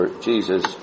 Jesus